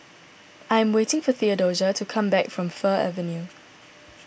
I am waiting for theodosia to come back from Fir Avenue